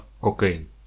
cocaine